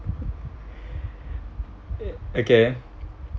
okay